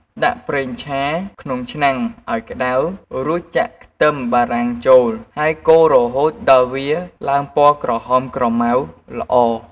ដាក់ប្រេងឆាក្នុងឆ្នាំងឱ្យក្ដៅ រួចចាក់ខ្ទឹមបារាំងចូល ហើយកូររហូតដល់វាឡើងពណ៌ក្រហមក្រម៉ៅល្អ។